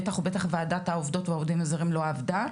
בטח שוועדת העובדות והעובדים הזרים לא עבדה,